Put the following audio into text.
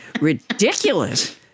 ridiculous